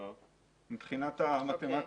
מבחינת המתמטיקה.